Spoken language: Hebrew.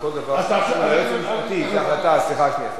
הוועדה למעמד האשה.